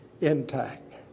intact